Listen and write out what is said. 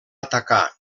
atacar